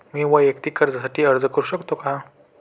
मी वैयक्तिक कर्जासाठी अर्ज करू शकतो का?